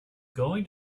going